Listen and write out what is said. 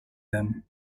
them